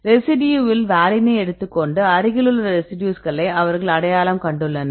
ரெசிடியூவில் வாலினை எடுத்துக் கொண்டு அருகில் உள்ள ரெசிடியூஸ்களை அவர்கள் அடையாளம் கண்டுள்ளனர்